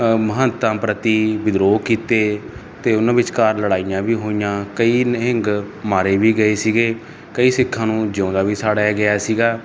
ਮਹੰਤਾਂ ਪ੍ਰਤੀ ਵਿਦਰੋਹ ਕੀਤੇ ਤੇ ਉਨ੍ਹਾਂ ਵਿਚਕਾਰ ਲੜਾਈਆਂ ਵੀ ਹੋਈਆਂ ਕਈ ਨਿਹੰਗ ਮਾਰੇ ਵੀ ਗਏ ਸੀਗੇ ਕਈ ਸਿੱਖਾਂ ਨੂੰ ਜਿਉਂਦਾ ਵੀ ਸਾੜਿਆ ਗਿਆ ਸੀਗਾ